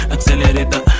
Accelerate